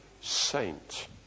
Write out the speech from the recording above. saint